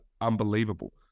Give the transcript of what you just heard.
unbelievable